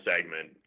segment